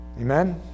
Amen